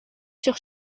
sur